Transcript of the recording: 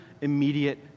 immediate